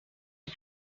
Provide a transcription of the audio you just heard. est